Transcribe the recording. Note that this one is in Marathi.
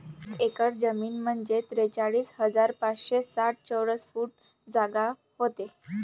एक एकर जमीन म्हंजे त्रेचाळीस हजार पाचशे साठ चौरस फूट जागा व्हते